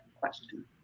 question